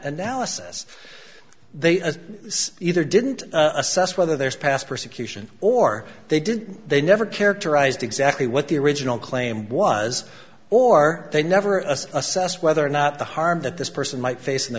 analysis they either didn't assess whether there's past persecution or they did they never characterized exactly what the original claim was or they never assess whether or not the harm that this person might face in the